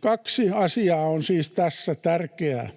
Kaksi asiaa on siis tässä tärkeää: